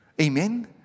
Amen